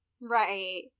right